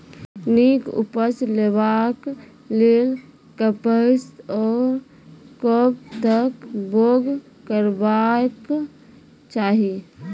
नीक उपज लेवाक लेल कबसअ कब तक बौग करबाक चाही?